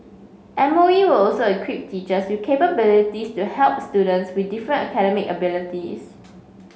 M O E will also equip teachers with capabilities to help students with different academic abilities